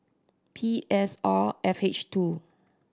P S R F H two